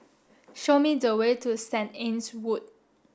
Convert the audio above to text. show me the way to Saint Anne's Wood